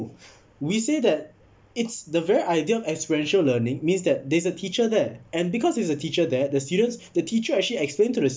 we say that it's the very idea experiential learning means that there's a teacher there and because there's a teacher there the students the teacher actually explain to the